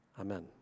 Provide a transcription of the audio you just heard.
Amen